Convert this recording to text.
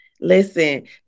listen